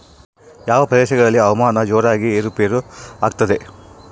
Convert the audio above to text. ಯಾವ ಪ್ರದೇಶಗಳಲ್ಲಿ ಹವಾಮಾನ ಜೋರಾಗಿ ಏರು ಪೇರು ಆಗ್ತದೆ?